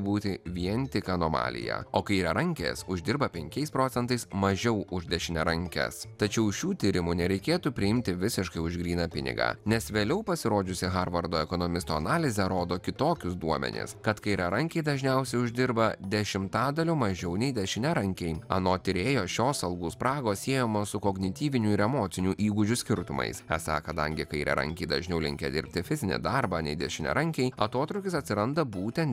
būti vien tik anomalija o kairiarankės uždirba penkiais procentais mažiau už dešiniarankes tačiau šių tyrimų nereikėtų priimti visiškai už gryną pinigą nes vėliau pasirodžiusi harvardo ekonomisto analizė rodo kitokius duomenis kad kairiarankiai dažniausiai uždirba dešimtadaliu mažiau nei dešiniarankiai anot tyrėjo šios algų spragos siejamos su kognityvinių ir emocinių įgūdžių skirtumais esą kadangi kairiarankiai dažniau linkę dirbti fizinį darbą nei dešiniarankiai atotrūkis atsiranda būtent